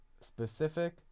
specific